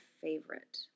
favorite